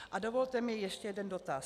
A dovolte mi ještě jeden dotaz.